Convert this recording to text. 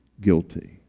guilty